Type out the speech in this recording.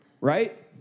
Right